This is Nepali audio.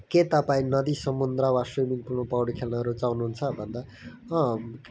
के तपाईँ नदी समुद्र वा स्विमिङ पुलमा पौडी खेल्न रुचाउनु हुन्छ भन्दा अँ